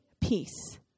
peace